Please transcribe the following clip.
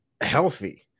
healthy